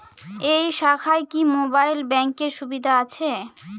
এই শাখায় কি মোবাইল ব্যাঙ্কের সুবিধা আছে?